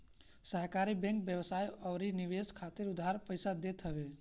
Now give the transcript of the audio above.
सहकारी बैंक व्यवसाय अउरी निवेश खातिर उधार पईसा देत हवे